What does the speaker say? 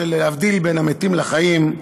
להבדיל בין המתים לחיים,